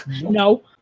No